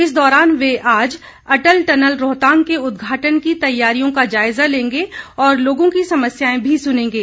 इस दौरान वे आज अटल टनल रोहतांग के उदघाटन की तैयारियों का जायजा लेंगे और लोगों की समस्याएं भी सुनेंगे